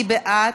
מי בעד?